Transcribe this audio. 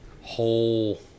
whole